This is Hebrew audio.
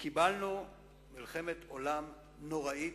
קיבלנו מלחמת עולם נוראית,